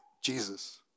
Jesus